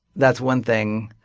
that's one thing.